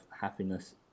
happiness